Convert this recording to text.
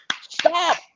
Stop